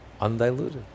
Undiluted